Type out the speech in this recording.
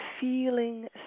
feeling